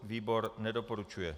Výbor nedoporučuje.